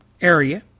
area